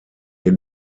ihr